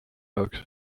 jaoks